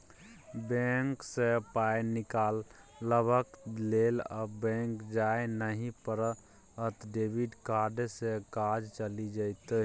bank सँ पाय निकलाबक लेल आब बैक जाय नहि पड़त डेबिट कार्डे सँ काज चलि जाएत